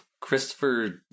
Christopher